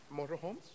motorhomes